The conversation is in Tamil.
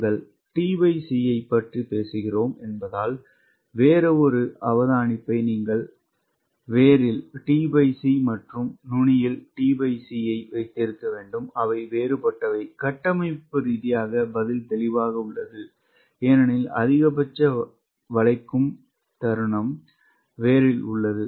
நாங்கள் t c ஐப் பற்றி பேசுகிறோம் என்பதால் வேறொரு அவதானிப்பை நீங்கள் வேரில் t c மற்றும் நுனியில் t c வைத்திருக்க வேண்டும் அவை வேறுபட்டவை கட்டமைப்பு ரீதியாக பதில் தெளிவாக உள்ளது ஏனெனில் அதிகபட்ச வளைக்கும் தருணம் வேரில் உள்ளது